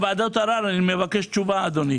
בעניין ועדות הערר אני מבקש תשובה, אדוני.